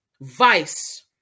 vice